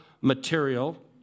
material